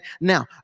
Now